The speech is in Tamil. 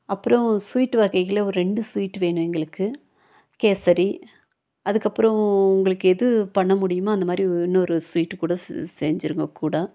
அப்புறம் ஸ்வீட் வகைகள்ல ஒரு ரெண்டு ஸ்வீட் வேணும் எங்களுக்கு கேசரி அதுக்கப்புறம் உங்களுக்கு எது பண்ண முடியுமோ அந்த மாதிரி ஒ இன்னொரு ஸ்வீட் கூட செ செஞ்சிருங்கள் கூட